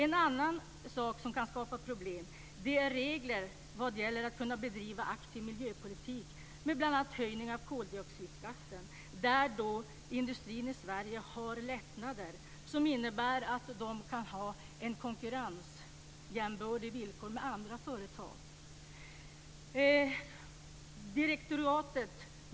En annan sak som kan skapa problem är regler vad gäller att kunna bedriva aktiv miljöpolitik med bl.a. höjning av koldioxidskatten. Här har industrin i Sverige lättnader som innebär att de kan ha med andra företag konkurrensjämbördiga villkor.